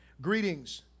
Greetings